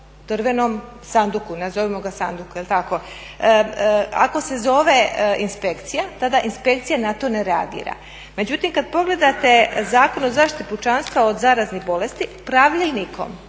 drvenom sanduku, nazovimo ga sanduk. Ako se zove inspekcija tada inspekcija na to ne reagira. Međutim, kad pogledate Zakon o zaštiti pučanstva od zaraznih bolesti, pravilnikom